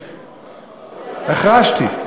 החרשתי.